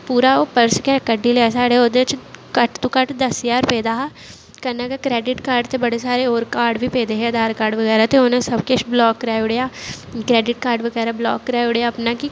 पूरा ओह् पर्स गै कड्डी लेआ सारे ओह्दे च घट्ट तो घट्ट दस ज्हार पेदा हा कन्नै गै क्रैडिट कार्ड ते बड़े सारे होर कार्ड बी पेदे हे आधार कार्ड बगैरा ते उ'नें सब किश ब्लाक कराई ओड़ेआ क्रैडिट कार्ड बगैरा ब्लाक कराई ओड़ेआ अपना कि